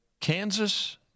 Kansas